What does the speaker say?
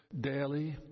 daily